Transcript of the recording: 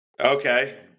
Okay